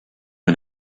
win